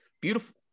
Beautiful